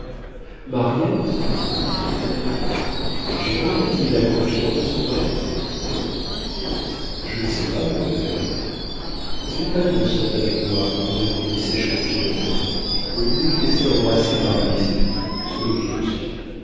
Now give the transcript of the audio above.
mariette lui dit-elle jérôme a-t-il la confiance de son maître je ne sais pas mademoiselle ne faites pas l'innocente avec moi répondit sèchement philomène vous vous êtes laissé embrasser par lui cette nuit sous le kiosque